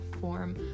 form